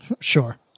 Sure